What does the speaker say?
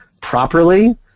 properly